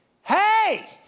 Hey